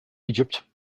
egypt